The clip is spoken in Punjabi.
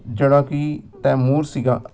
ਜਿਹੜਾ ਕਿ ਤੈਮੂਰ ਸੀਗਾ